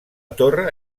torre